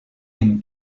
dem